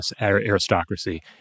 aristocracy